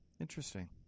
Interesting